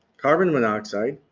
carbon monoxide,